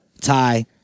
Ty